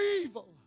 evil